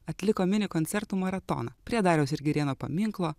atliko mini koncertų maratoną prie dariaus ir girėno paminklo